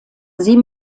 sie